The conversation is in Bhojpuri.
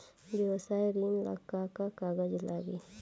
व्यवसाय ऋण ला का का कागज लागी?